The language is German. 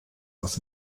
aus